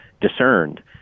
discerned